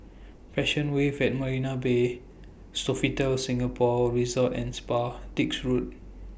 Passion Wave At Marina Bay Sofitel Singapore Resort and Spa Dix Road